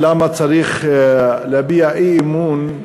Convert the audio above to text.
ולמה צריך להביע אי-אמון,